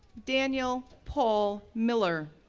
daniel paul miller,